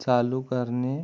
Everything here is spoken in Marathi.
चालू करणे